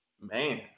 Man